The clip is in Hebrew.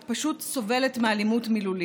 את פשוט סובלת מאלימות מילולית.